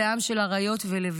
זה עם של אריות ולביאות.